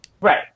Right